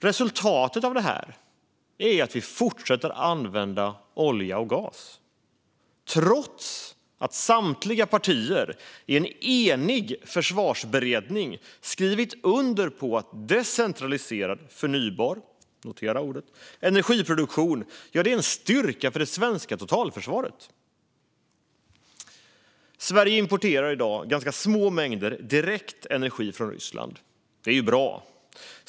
Resultat av det här är att vi fortsätter att använda olja och gas, trots att samtliga partier i en enig försvarsberedning har skrivit under på att decentraliserad, förnybar - notera ordet - energiproduktion är en styrka för det svenska totalförsvaret. Sverige importerar i dag ganska små mängder direkt energi från Ryssland. Det är bra.